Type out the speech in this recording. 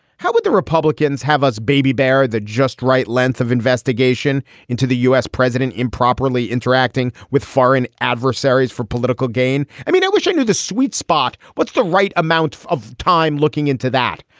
how would the republicans have us baby bear that just right length of investigation into the u s. president improperly interacting with foreign adversaries for political gain? i mean, i wish i knew the sweet spot. what's the right amount of time looking into that?